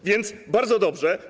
A więc bardzo dobrze.